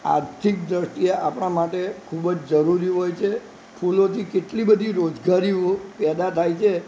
આર્થિક દ્રષ્ટિએ આપણા માટે ખૂબ જ જરૂરી હોય છે ફૂલોની ખેતી એટલી બધી રોજગારીઓ પેદા થાય છે